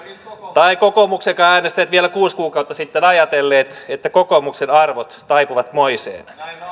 tai kokoomuksenkaan äänestäjät vielä kuusi kuukautta sitten ajatelleet että kokoomuksen arvot taipuvat moiseen